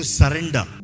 surrender